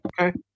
Okay